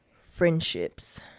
friendships